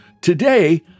Today